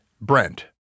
Brent